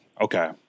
okay